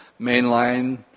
mainline